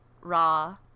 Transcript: raw